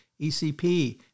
ECP